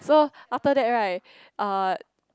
so after that right uh